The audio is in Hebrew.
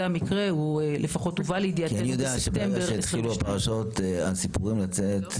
זה המקרה והוא הובא לידיעתנו בספטמבר 2022. אני יודע שברגע שהפרשות והסיפורים התחילו לצאת,